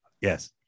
Yes